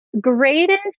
greatest